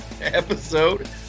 episode